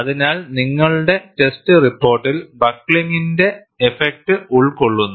അതിനാൽ നിങ്ങളുടെ ടെസ്റ്റ് റിപ്പോർട്ടിൽ ബക്കിളിംഗിന്റെ എഫക്ട് ഉൾക്കൊള്ളുന്നു